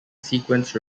sequence